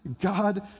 God